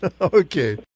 Okay